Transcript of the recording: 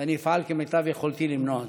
ואני אפעל כמיטב יכולתי למנוע זאת.